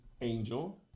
Angel